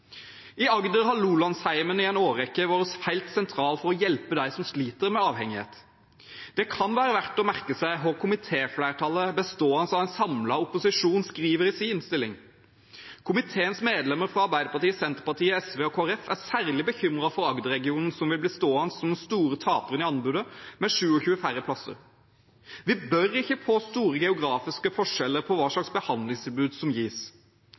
I Agder har Lolandsheimen i en årrekke vært helt sentral for å hjelpe dem som sliter med avhengighet. Det kan være verdt å merke seg hva komitéflertallet bestående av en samlet opposisjon, medlemmene fra Arbeiderpartiet, Senterpartiet, SV og Kristelig Folkeparti, skriver i innstillingen: «Flertallet er særlig bekymret for Agder-regionen, som vil bli stående som den store taperen i anbudet med 27 færre plasser.» Vi bør ikke få store geografiske forskjeller i hva slags behandlingstilbud som gis.